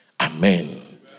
Amen